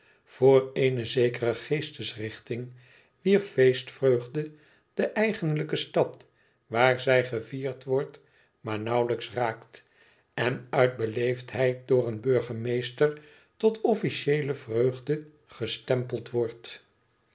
voor eene zekere geestes richting wier feestvreugde de eigenlijke stad waar zij gevierd wordt maar nauwlijks raakt en uit beleefdheid door een burgemeester tot officieele vreugde gestempeld wordt